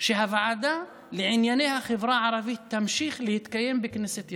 שהוועדה לענייני החברה הערבית תמשיך להתקיים בכנסת ישראל,